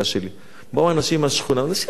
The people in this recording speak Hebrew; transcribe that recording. ואנשים אומרים: אנחנו נשרוף את השכונה,